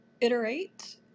iterate